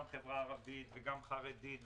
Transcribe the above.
גם החברה הערבית וגם החברה החרדית,